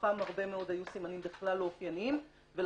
ומתוכם הרבה מאוד היו סימנים בכלל לא אופייניים ולכן,